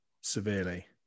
severely